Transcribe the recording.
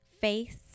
face